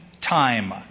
time